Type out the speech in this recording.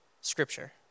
scripture